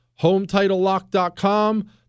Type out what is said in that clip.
HomeTitleLock.com